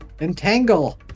Entangle